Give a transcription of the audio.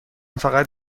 فقط